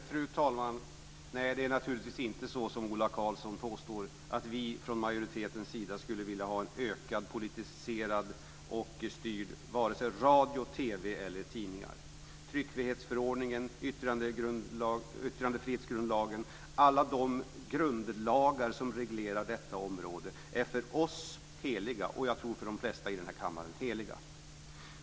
Fru talman! Nej, det är naturligtvis inte så som Ola Karlsson påstår, att vi från majoritetens sida skulle vilja ha en ökad politisering och styrning av radio, TV eller tidningar. Tryckfrihetsförordningen, yttrandefrihetsgrundlagen och alla de grundlagar som reglerar detta område är för oss heliga, och jag tror att de är det för de flesta i den här kammaren.